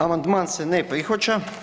Amandman se ne prihvaća.